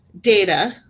data